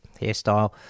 hairstyle